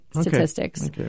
statistics